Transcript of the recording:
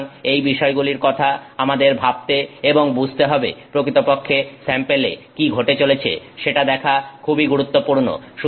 সুতরাং এই বিষয়গুলির কথা আমাদের ভাবতে এবং বুঝতে হবে প্রকৃতপক্ষে স্যাম্পেলে কি ঘটে চলেছে সেটা দেখা খুবই গুরুত্বপূর্ণ